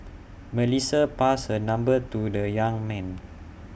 Melissa passed her number to the young man